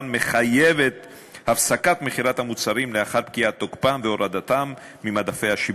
מחייבת הפסקת מכירת המוצרים לאחר פקיעת תוקפם והורדתם ממדפי השיווק.